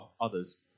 others